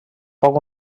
poc